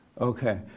Okay